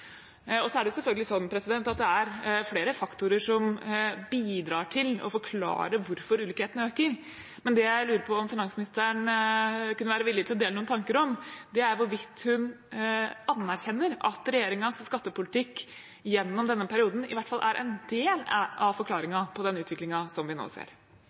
Norge. Så er det selvfølgelig sånn at det er flere faktorer som bidrar til å forklare hvorfor ulikhetene øker. Men det jeg lurer på om finansministeren kunne være villig til å dele noen tanker om, er hvorvidt hun anerkjenner at regjeringens skattepolitikk gjennom denne perioden i hvert fall er en del av forklaringen på den utviklingen som vi nå ser.